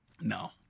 No